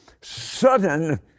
Sudden